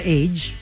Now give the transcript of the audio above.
age